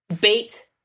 bait